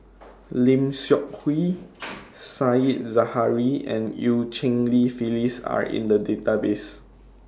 Lim Seok Hui Said Zahari and EU Cheng Li Phyllis Are in The Database